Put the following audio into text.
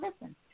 listen